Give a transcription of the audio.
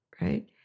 right